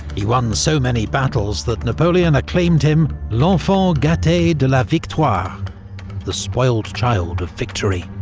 he won so many battles that napoleon acclaimed him l'enfant gate de de la victoire the spoiled child of victory.